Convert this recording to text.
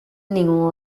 ningún